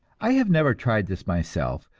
i have never tried this myself,